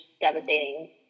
devastating